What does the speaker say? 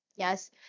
Yes